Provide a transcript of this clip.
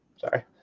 sorry